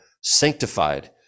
sanctified